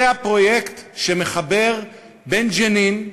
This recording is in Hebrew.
זה הפרויקט שמחבר בין ג'נין,